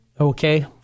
Okay